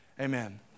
Amen